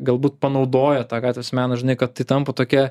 galbūt panaudoja tą ką tas menas žinai kad tai tampa tokia